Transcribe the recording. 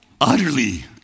utterly